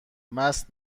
مست